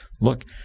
look